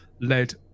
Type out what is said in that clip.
led